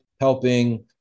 Helping